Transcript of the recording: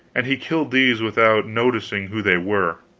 and he killed these without noticing who they were.